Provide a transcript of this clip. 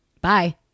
Bye